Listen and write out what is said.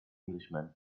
englishman